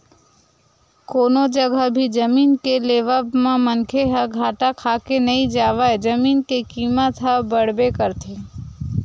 कोनो जघा भी जमीन के लेवब म मनखे ह घाटा खाके नइ जावय जमीन के कीमत ह बड़बे करथे